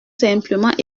simplement